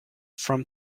from